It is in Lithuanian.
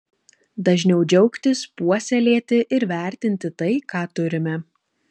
dažniau džiaugtis puoselėti ir vertinti tai ką turime